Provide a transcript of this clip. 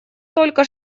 только